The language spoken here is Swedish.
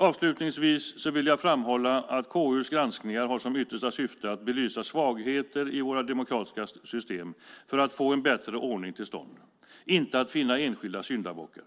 Avslutningsvis vill jag framhålla att KU:s granskningar har som yttersta syfte att belysa svagheter i våra demokratiska system för att få en bättre ordning till stånd, inte att finna enskilda syndabockar.